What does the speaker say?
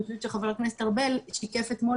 אני חושבת שחבר הכנסת ארבל שיקף אתמול